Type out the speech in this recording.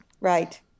Right